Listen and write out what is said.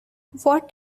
what